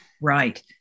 Right